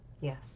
Yes